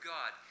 God